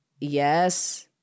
yes